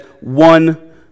one